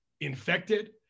infected